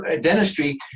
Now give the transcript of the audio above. dentistry